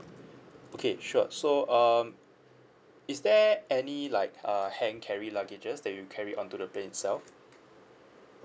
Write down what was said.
okay sure so um is there any like uh hand carry luggages that you carried on to the plane itself